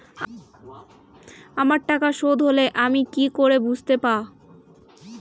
আমার টাকা শোধ হলে তা আমি কি করে বুঝতে পা?